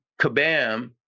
kabam